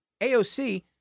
AOC